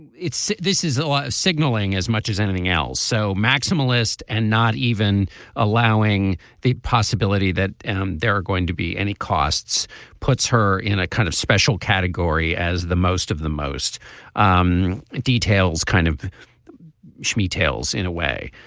and this is signaling as much as anything else so maximalist and not even allowing the possibility that there are going to be any costs puts her in a kind of special category as the most of the most um details kind of schmoe tales in a way.